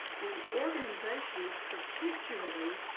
and organizations particularly